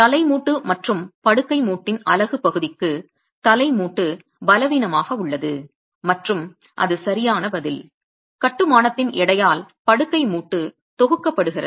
தலை மூட்டு மற்றும் படுக்கை மூட்டின் அலகு பகுதிக்கு தலை மூட்டு பலவீனமாக உள்ளது மற்றும் அது சரியான பதில் கட்டுமானத்தின் எடையால் படுக்கை மூட்டு தொகுக்கப்படுகிறது